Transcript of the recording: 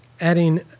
adding